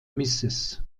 mrs